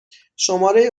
شماره